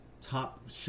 top